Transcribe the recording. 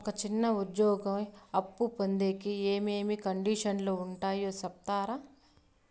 ఒక చిన్న ఉద్యోగి అప్పు పొందేకి ఏమేమి కండిషన్లు ఉంటాయో సెప్తారా?